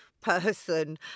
person